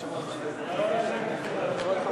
ללוות